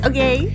Okay